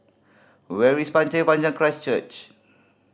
where is Pasir Panjang Christ Church